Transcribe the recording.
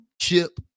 chip